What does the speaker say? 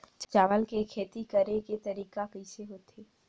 चावल के खेती करेके तरीका कइसे होथे?